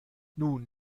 nun